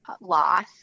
loss